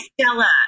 Stella